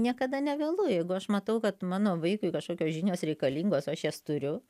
niekada nevėlu jeigu aš matau kad mano vaikui kažkokios žinios reikalingos o aš jas turiu